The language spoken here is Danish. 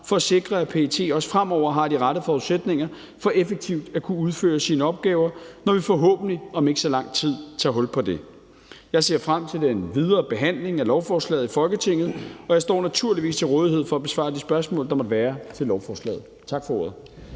for at sikre, at PET også fremover har de rette forudsætninger for effektivt at kunne udføre sine opgaver, når vi forhåbentlig om ikke så lang tid tager hul på det. Jeg ser frem til den videre behandling af lovforslaget i Folketinget, og jeg står naturligvis til rådighed for at besvare de spørgsmål, der måtte være til lovforslaget. Tak for ordet.